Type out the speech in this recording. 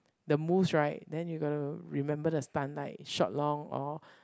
the moose right then you gotta remember the stunt like short long or